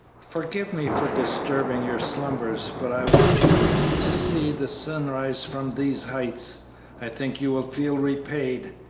forgive me for disturbing your slumbers, but i want you to see the sunrise from these heights i think you will feel repaid.